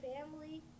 family